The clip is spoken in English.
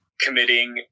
committing